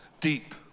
deep